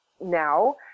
now